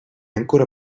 ancora